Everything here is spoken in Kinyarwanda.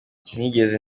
ntigeze